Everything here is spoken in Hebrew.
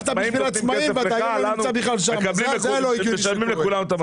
העצמאים נותנים כסף ומשלמים לכולם את המשכורת.